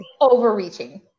overreaching